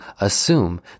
assume